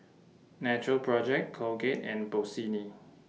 Natural Project Colgate and Bossini